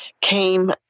came